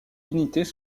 unités